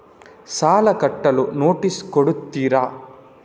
ಸಾಲ ಕಟ್ಟಲು ನೋಟಿಸ್ ಕೊಡುತ್ತೀರ?